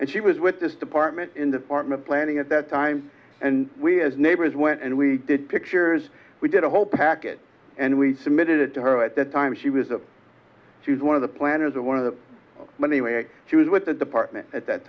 and she was with this department in the department planning at that time and we as neighbors went and we did pictures we did a whole packet and we submitted it to her at that time she was a one of the planners of one of the many ways she was with the department at that